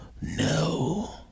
no